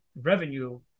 revenue